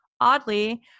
Oddly